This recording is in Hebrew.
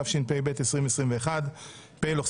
התשפ"ב 2021 (פ/2871/24),